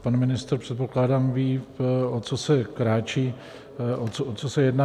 Pan ministr předpokládám ví, o co kráčí, o co se jedná.